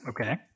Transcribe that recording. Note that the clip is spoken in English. Okay